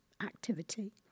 activity